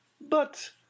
But